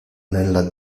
nella